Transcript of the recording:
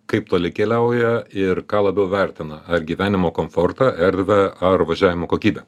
kaip toli keliauja ir ką labiau vertina ar gyvenimo komfortą erdvę ar važiavimo kokybę